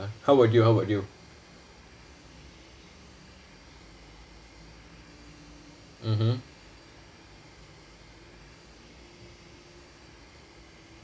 how about you how about you mmhmm